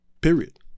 Period